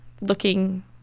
looking